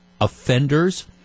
offenders